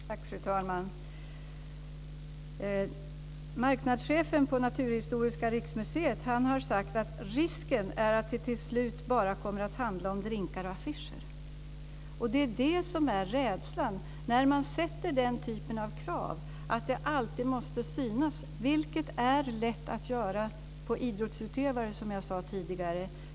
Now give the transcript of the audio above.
Fru talman! Marknadschefen för Naturhistoriska riksmuseet har sagt att risken är att det till slut bara kommer att handla om drinkar och affischer. Det är det som är rädslan när man sätter den typen av krav, att det alltid måste synas, vilket är lätt att göra när det gäller idrottsutövare, som jag sade tidigare.